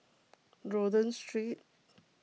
Rodyk Street